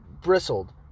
bristled